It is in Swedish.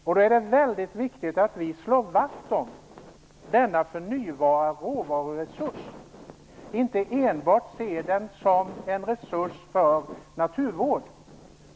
Därför är det väldigt viktigt att vi slår vakt om denna förnybara råvaruresurs och inte enbart ser skogen som en resurs för naturvård.